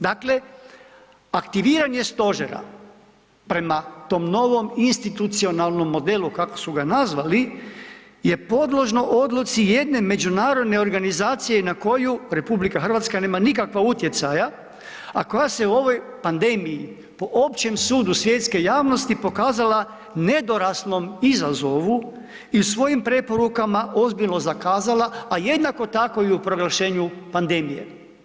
Dakle, aktiviranje stožera prema tom novom institucionalnom modelu, kako su ga nazvali, je podložno odluci jedne međunarodne organizacije na koju RH nema nikakva utjecaja, a koja se u ovoj pandemiji po općem sudu svjetske javnosti pokazala nedoraslom izazovu i u svojim preporukama ozbiljno zakazala, a jednako tako i u proglašenju pandemije.